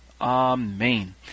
Amen